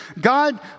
God